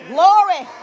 Glory